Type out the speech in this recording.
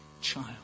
child